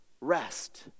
rest